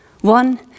one